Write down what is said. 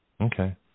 Okay